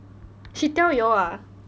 she tell you all ah